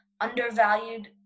undervalued